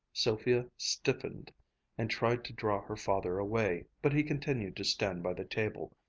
sylvia stiffened and tried to draw her father away, but he continued to stand by the table,